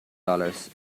dollars